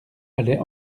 allait